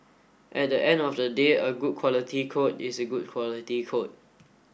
at the end of the day a good quality code is a good quality code